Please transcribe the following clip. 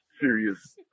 serious